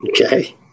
okay